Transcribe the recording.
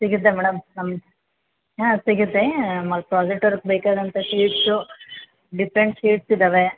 ಸಿಗುತ್ತೆ ಮೇಡಮ್ ನಮ್ಮ ಹಾಂ ಸಿಗುತ್ತೆ ನಮ್ಮಲ್ಲಿ ಪ್ರಾಜೆಕ್ಟ್ ವರ್ಕ್ ಬೇಕಾದಂಥ ಶೀಟ್ಸು ಡಿಫ್ರೆಂಟ್ ಶೀಟ್ಸ್ ಇದ್ದಾವೆ